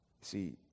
See